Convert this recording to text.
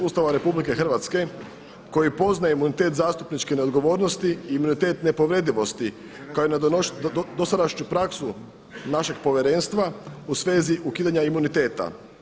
Ustava Republike Hrvatske koji poznaje imunitet zastupničke neodgovornosti i imunitet nepovredivosti kao i dosadašnju praksu našeg Povjerenstva u svezi ukidanja imuniteta.